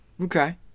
Okay